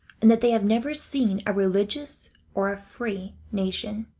and that they have never seen a religious or a free nation.